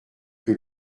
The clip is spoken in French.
que